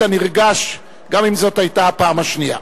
נרגש גם אם זאת היתה הפעם השנייה,